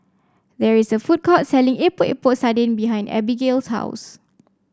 there is a food court selling Epok Epok Sardin behind Abigale's house